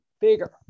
bigger